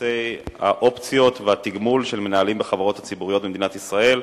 לנושא האופציות והתגמול של מנהלים בחברות הציבוריות במדינת ישראל.